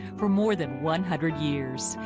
for more than one hundred years,